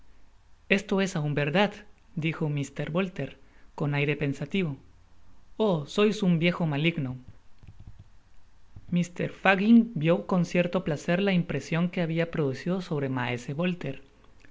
esto es aun verdad dijo mr bolter con aire pensativo oh sois un viejo maligno mr fagin viii coii cierto placer la impresion que habia producido sobre inaese